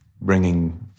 bringing